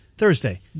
Thursday